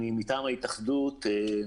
זה אחד.